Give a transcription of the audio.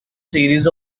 series